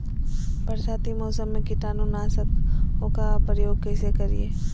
बरसाती मौसम में कीटाणु नाशक ओं का प्रयोग कैसे करिये?